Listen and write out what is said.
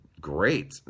great